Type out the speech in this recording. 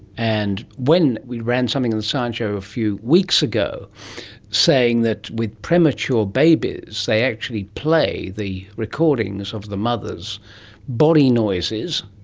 and when we ran something on the science show a few weeks ago saying that with premature babies they are actually play the recordings of the mother's body noises,